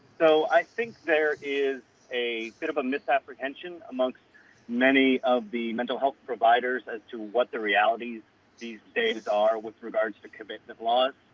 so i think there is a bit of a misapprehension amongst many of the mental health providers as to what the realities these days are with regards to commitment laws.